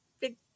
big